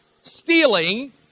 stealing